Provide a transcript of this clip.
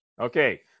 Okay